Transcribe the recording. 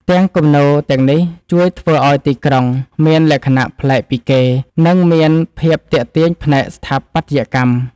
ផ្ទាំងគំនូរទាំងនេះជួយធ្វើឱ្យទីក្រុងមានលក្ខណៈប្លែកពីគេ និងមានភាពទាក់ទាញផ្នែកស្ថាបត្យកម្ម។